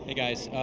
ah guys.